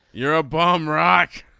you're a bomb rock.